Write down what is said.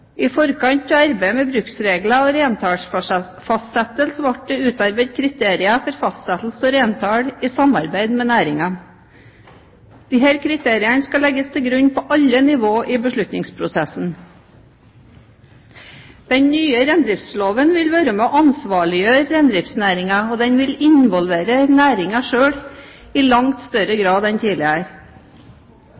I forkant av arbeidet med bruksregler og reintallsfastsettelse ble det utarbeidet kriterier for fastsettelse av reintall i samarbeid med næringen. Disse kriteriene skal legges til grunn på alle nivåer i beslutningsprosessen. Den nye reindriftsloven vil være med og ansvarliggjøre reindriftsnæringen, og den vil involvere næringen selv i langt større